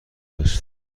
است